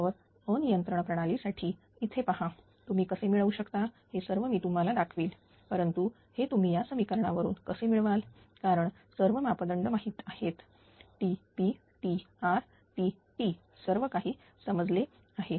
तर अनियंत्रण प्रणालीसाठी इथे पहा तुम्ही कसे मिळवू शकता हे सर्व मी तुम्हाला दाखवील परंतु हे तुम्ही या समीकरण वरून कसे मिळवाल कारणसर्व मापदंड माहिती आहेत TP Tt Tr सर्वकाही समजले आहे